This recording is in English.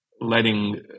letting